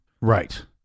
Right